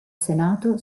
senato